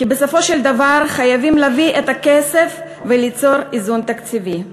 כי בסופו של דבר חייבים להביא את הכסף וליצור איזון תקציבי.